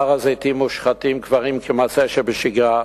בהר-הזיתים מושחתים קברים כמעשה שבשגרה,